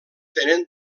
tenen